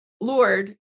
Lord